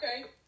Okay